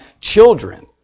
children